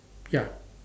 ya